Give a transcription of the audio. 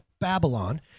Babylon